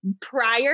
prior